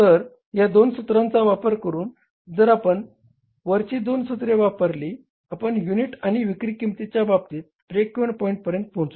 तर या दोन सूत्रांचा वापर करून जर आपण वरची दोन सूत्रे वापरली आपण युनिट आणि विक्री किंमतीच्या बाबतीत ब्रेक इव्हन पॉईंट पर्यंत पोहचू